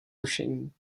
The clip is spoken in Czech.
tušení